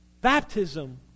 baptism